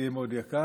יהיה מאוד יקר.